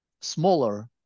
smaller